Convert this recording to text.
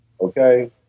Okay